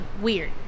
weird